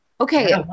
okay